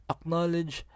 Acknowledge